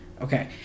Okay